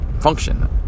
function